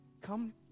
come